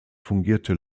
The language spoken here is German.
fungierte